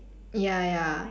ya ya